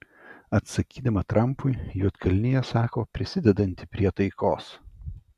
atsakydama trampui juodkalnija sako prisidedanti prie taikos